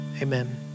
Amen